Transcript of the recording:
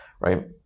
right